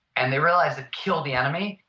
and they realized that, kill the enemy,